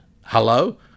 hello